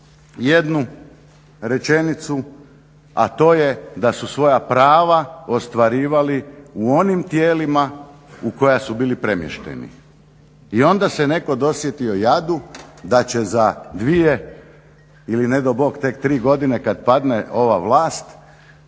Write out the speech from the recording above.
jednu rečenicu a to je da su svoja prava ostvarivali u onim tijelima u koja su bili premješteni. I onda se netko dosjetio jadu da će za dvije ili ne dao Bog tek tri godine kada padne ova vlast